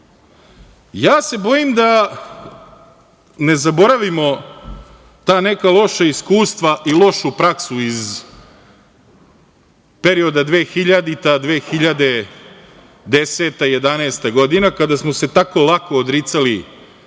se da ne zaboravimo ta neka loša iskustva i lošu praksu iz perioda 2000, 2010, 2011. godina, a kada smo se tako lako odricali